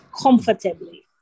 comfortably